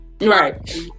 Right